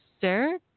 Sarah